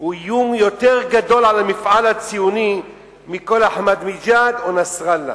היא איום יותר גרוע על המפעל הציוני מכל אחמדינג'אד או נסראללה.